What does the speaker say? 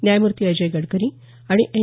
न्यायमूर्ती अजय गडकरी आणि एन